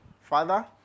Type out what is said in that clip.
father